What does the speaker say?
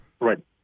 Right